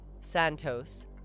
Santos